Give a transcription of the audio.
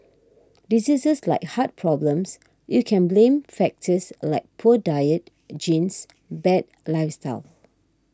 diseases like heart problems you can blame factors like poor diet genes bad lifestyle